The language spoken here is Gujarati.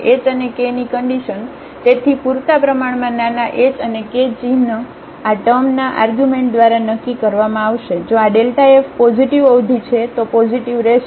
h અને k ની કન્ડિશન તેથી તેથી પૂરતા પ્રમાણમાં નાના h અને કે ચિહ્ન આ ટર્મના આર્ગ્યુમેન્ટ દ્વારા નક્કી કરવામાં આવશે જો આ f પોઝિટિવ અવધિ છે તો પોઝિટિવ રહેશે